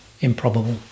improbable